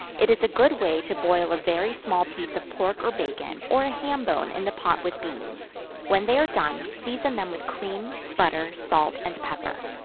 it is a good way to boil a very small piece of pork or bacon, or a ham-bone in the pot with beans when they are done, season them with cream, butter, salt and pepper.